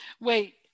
Wait